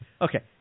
Okay